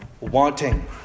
wanting